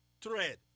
thread